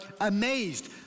amazed